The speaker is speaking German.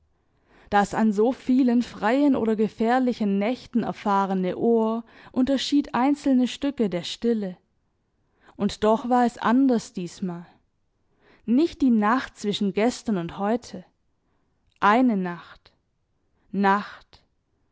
das an so vielen freien oder gefährlichen nächten erfahrene ohr unterschied einzelne stücke der stille und doch war es anders diesmal nicht die nacht zwischen gestern und heute eine nacht nacht